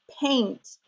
paint